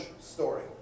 story